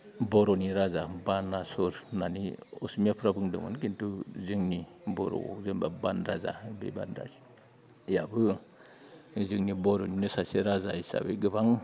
बर'नि राजा बानासुर होननानै असमियाफ्रा बुंदोंमोन खिन्थु जोंनि बर'आव जेन'बा बान राजा बे बान राजायाबो जोंनि बर'निनो सासे राजा हिसाबै गोबां